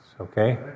okay